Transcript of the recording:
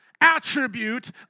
attribute